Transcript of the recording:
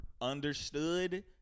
understood